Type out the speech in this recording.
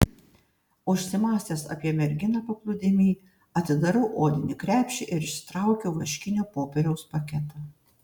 užsimąstęs apie merginą paplūdimy atidarau odinį krepšį ir išsitraukiu vaškinio popieriaus paketą